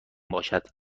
باشد